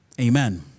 amen